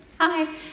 Hi